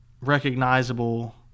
recognizable